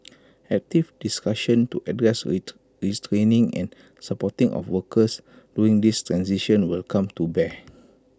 active discussion to address IT re screening and supporting of workers during this transition will come to bear